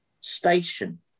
station